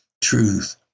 Truth